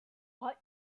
what